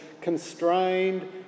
constrained